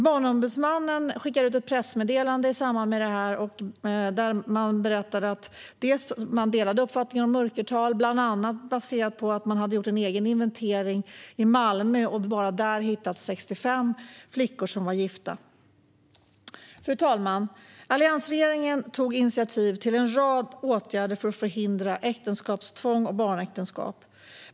Barnombudsmannen skickade ut ett pressmeddelande i samband med detta där man berättade att man delade uppfattningen om att det finns ett mörkertal, bland annat baserat på att man hade gjort en egen inventering i Malmö och bara där hittat 65 flickor som var gifta. Fru talman! Alliansregeringen tog initiativ till en rad åtgärder för att förhindra äktenskapstvång och barnäktenskap.